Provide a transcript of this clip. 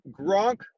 Gronk